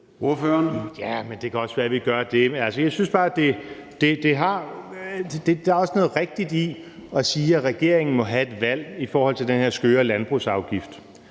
(DF): Det kan også være, vi gør det, men der er også noget rigtigt i at sige, at regeringen må have et valg i forhold til den her skøre landbrugsafgift.